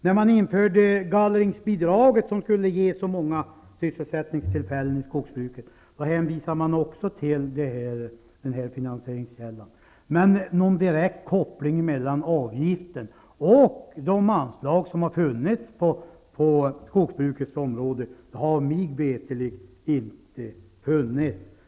När man införde gallringsbidraget, som skulle ge så många sysselsättningstillfällen i skogsbruket, hänvisade man också till den finansieringskällan. Men någon direkt koppling mellan avgiften och anslagen på skogsbrukets område har mig veterligt inte funnits.